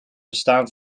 bestaan